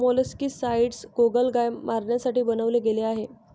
molluscicides गोगलगाय मारण्यासाठी बनवले गेले आहे